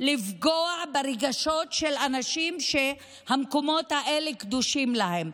לפגוע ברגשות של אנשים שהמקומות האלה קדושים להם?